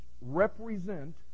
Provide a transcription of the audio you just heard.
represent